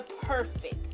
perfect